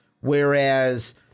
Whereas